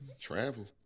Travel